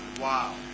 wow